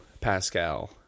Pascal